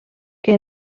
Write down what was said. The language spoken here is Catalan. que